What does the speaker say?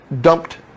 dumped